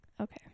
Okay